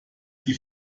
die